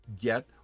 get